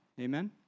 Amen